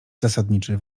zasadniczy